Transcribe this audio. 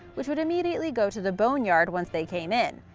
which would immediately go to the boneyard once they came in.